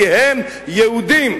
כי הם יהודים.